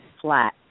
flat